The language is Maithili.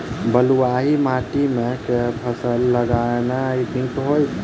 बलुआही माटि मे केँ फसल लगेनाइ नीक होइत?